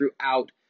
throughout